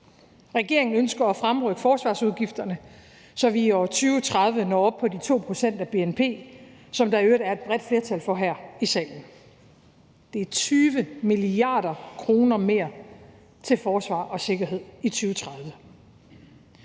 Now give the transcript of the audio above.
Regeringen ønsker at fremrykke forsvarsudgifterne, så vi i år 2030 når op på de 2 pct. af bnp, som der i øvrigt er et bredt flertal for her i salen. Det er 20 mia. kr. mere til forsvar og sikkerhed i 2030.